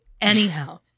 Anyhow